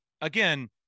Again